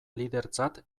lidertzat